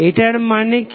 এটার মানে কি